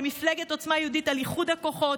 למפלגת עוצמה יהודית על איחוד הכוחות,